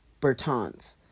Bertans